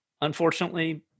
unfortunately